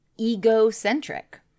egocentric